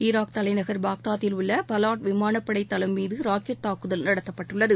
Iraq தலைநகர் பாக்தாதில் உள்ள பாலட் விமானப்படை தளம் மீது ராக்கெட் தாக்குதல் நடத்தப்பட்டுள்ளது